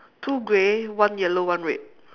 two grey one yellow one red